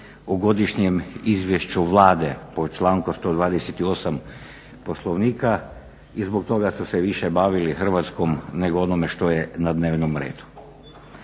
o godišnjem izvješću Vlade po članku 128. Poslovnika i zbog toga su se više bavili Hrvatskom nego onime što je na dnevnom redu.